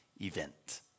event